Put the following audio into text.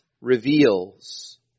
reveals